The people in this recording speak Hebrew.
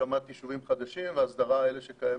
בהקמת יישובים חדשים ובהסדרת האלה שקיימים.